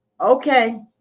Okay